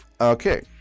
okay